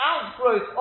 outgrowth